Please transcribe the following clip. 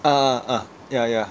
ah ah ah ya ya